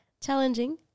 Challenging